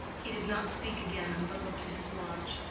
he did not speak again, but looked at his watch,